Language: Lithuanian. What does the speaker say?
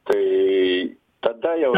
tai tada jau